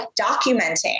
documenting